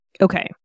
Okay